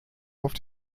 auf